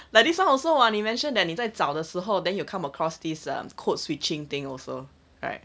like this one also on you mentioned any 再找的时候 then you'll come across this code switching thing also right